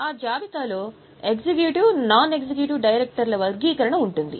ఆ జాబితాలో executive non executive డైరెక్టర్లు వర్గీకరణ ఉంటుంది